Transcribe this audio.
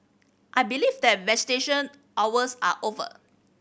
I believe that visitation hours are over